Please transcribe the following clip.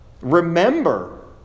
Remember